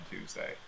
Tuesday